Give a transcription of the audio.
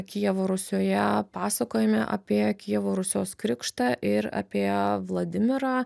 kijevo rusioje pasakojame apie kijevo rusios krikštą ir apie vladimirą